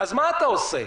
אז מה אתה עושה,